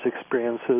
experiences